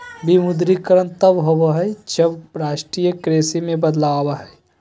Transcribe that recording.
विमुद्रीकरण तब होबा हइ, जब राष्ट्रीय करेंसी में बदलाव आबा हइ